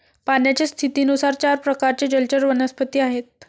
पाण्याच्या स्थितीनुसार चार प्रकारचे जलचर वनस्पती आहेत